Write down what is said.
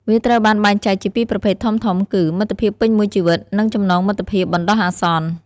វាត្រូវបានបែងចែកជាពីរប្រភេទធំៗគឺ មិត្តភាពពេញមួយជីវិត និងចំណងមិត្តភាពបណ្ដោះអាសន្ន។